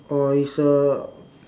oh it's a